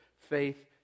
Faith